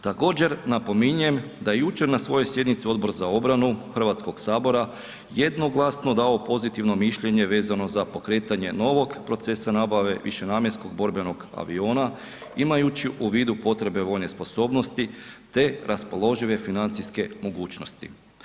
Također napominjem da je jučer na svojoj sjednici Odbor za obranu HS jednoglasno dao pozitivno mišljenje vezano za pokretanje novog procesa nabave, višenamjenskog borbenog aviona imajući u vidu potrebe vojne sposobnosti, te raspoložive financijske mogućnsoti.